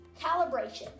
Calibration